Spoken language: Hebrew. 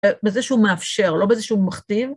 אה, בזה שהוא מאפשר, לא בזה שהוא מכתיב.